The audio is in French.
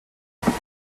appelé